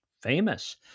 famous